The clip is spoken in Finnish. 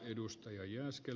arvoisa puhemies